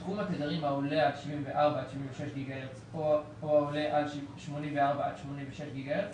בתחום התדרים העולה על 74 עד 76 גיגה הרץ או העולה על 84 עד 86 גיגה הרץ